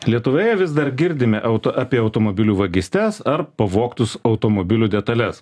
lietuvoje vis dar girdime auto apie automobilių vagystes ar pavogtus automobilių detales